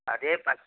ಅದೇ